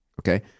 okay